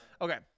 Okay